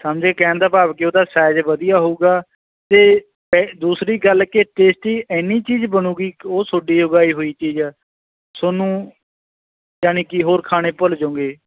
ਸਮਝੇ ਕਹਿਣ ਦਾ ਭਾਵ ਕਿ ਉਹਦਾ ਸਾਈਜ਼ ਵਧੀਆ ਹੋਵੇਗਾ ਅਤੇ ਦੂਸਰੀ ਗੱਲ ਕਿ ਟੇਸਟੀ ਇੰਨੀ ਚੀਜ਼ ਬਣੇਗੀ ਉਹ ਤੁਹਾਡੀ ਉਗਾਈ ਹੋਈ ਚੀਜ਼ ਤੁਹਾਨੂੰ ਯਾਨੀ ਕਿ ਹੋਰ ਖਾਣੇ ਭੁੱਲ ਜੂੰਗੇ